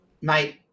mate